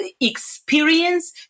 experience